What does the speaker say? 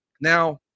now